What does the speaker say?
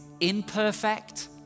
imperfect